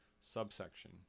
subsection